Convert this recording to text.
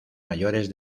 mayores